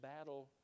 battle